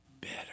Better